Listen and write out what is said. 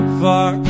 far